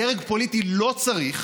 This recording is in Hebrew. דרג פוליטי לא צריך